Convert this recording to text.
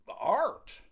art